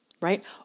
right